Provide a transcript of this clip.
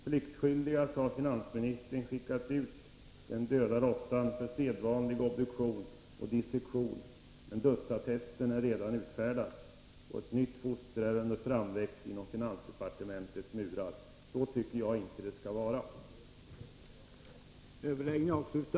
Pliktskyldigast har finansministern skickat ut den döda råttan för sedvanlig obduktion och dissektion, men dödsattesten är redan utfärdad och ett nytt foster är under framväxt bakom finansdepartementets murar. Så tycker jag inte att det skall vara.